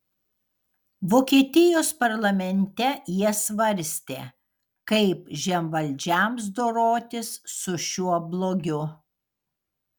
vokietijos parlamente jie svarstė kaip žemvaldžiams dorotis su šiuo blogiu